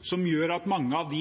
som gjør at mange av